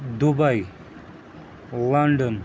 Dubai London